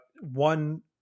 one